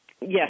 Yes